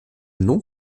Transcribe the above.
non